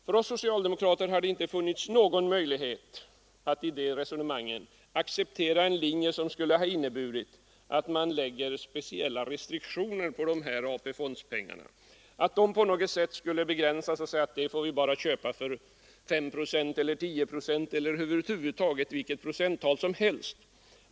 För oss socialdemokrater har det inte funnits någon möjlighet att i det resonemanget acceptera en linje som skulle ha inneburit att man skulle lägga speciella restriktioner på AP-fondspengarna, så att de pengarna på något sätt skulle begränsas och så att man sade: Vi får bara köpa för 5 procent eller för 10 procent eller över huvud taget till vilket procenttal som helst.